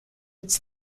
its